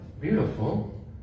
beautiful